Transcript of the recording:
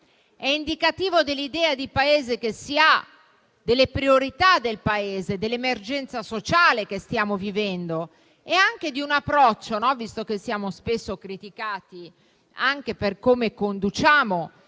è indicativo dell'idea di Paese che si ha, delle sue priorità, dell'emergenza sociale che stiamo vivendo e anche di un approccio, visto che siamo spesso criticati anche per come conduciamo